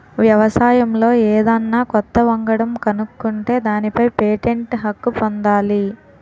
వ్యవసాయంలో ఏదన్నా కొత్త వంగడం కనుక్కుంటే దానిపై పేటెంట్ హక్కు పొందాలి